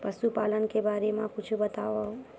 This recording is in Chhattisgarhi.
पशुपालन के बारे मा कुछु बतावव?